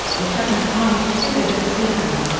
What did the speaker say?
the seventh highest figure that season.